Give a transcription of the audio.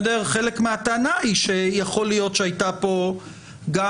חלק מהטענה היא שיכול להיות שהייתה פה גם